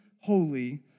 holy